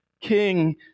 King